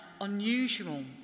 unusual